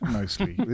mostly